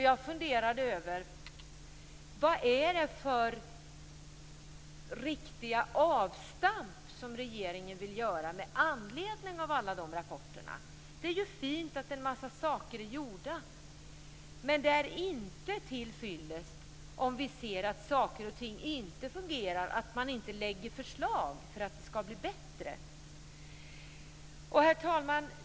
Jag funderade över vad det är för avstamp som regeringen vill göra med anledning av rapporterna. Det är fint att en mängd saker har gjorts, men det är inte till fyllest om vi ser att saker och ting inte fungerar och att man inte lägger fram förslag för att få det bättre. Herr talman!